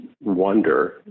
wonder